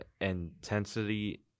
intensity